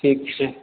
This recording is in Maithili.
ठीक छै